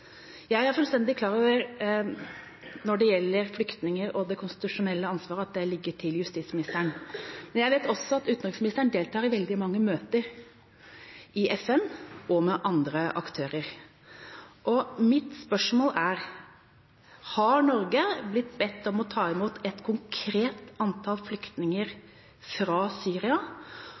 Jeg er fullstendig klar over at når det gjelder flyktninger, ligger det konstitusjonelle ansvaret hos justisministeren, men jeg vet også at utenriksministeren deltar i veldig mange møter i FN og med andre aktører. Mitt spørsmål er: Har Norge blitt bedt om å ta imot et konkret antall